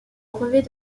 brevet